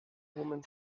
woman